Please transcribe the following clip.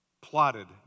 Plotted